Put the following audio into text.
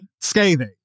scathing